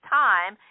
time